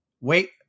wait